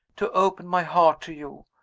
to open my heart to you.